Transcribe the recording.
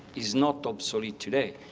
it's not obsolete today.